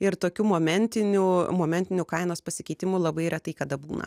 ir tokių momentinių momentinių kainos pasikeitimų labai retai kada būna